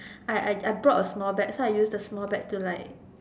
I I I brought a small bag so I use the small bag to like